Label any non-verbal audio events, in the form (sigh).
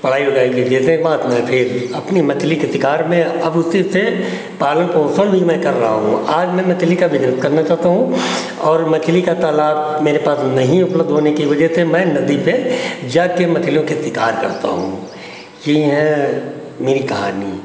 पढ़ाई उढ़ाई के (unintelligible) के बाद में फिर अपनी मछली के शिकार में अब उसी से पालन पोषण भी मैं कर रहा हूँ आज मैं मछली का बिज़नेस करना चाहता हूँ और मछली का तालाब मेरे पास नहीं उपलब्ध होने की वज़ह से मैं नदी पर जाकर मछलियों के शिकार करता हूँ यह है मेरी कहानी